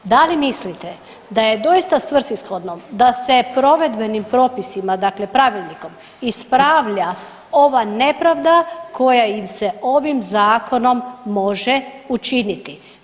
Da li mislite da je doista svrsishodno da se provedbenim propisima, dakle pravilnikom ispravlja ova nepravda koja im se ovim zakonom može učiniti.